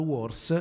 Wars